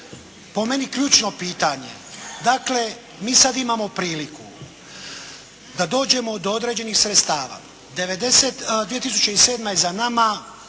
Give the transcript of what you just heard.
po meni ključno pitanje, dakle mi sada imamo priliku da dođemo do određenih sredstava. 2007. je za nama,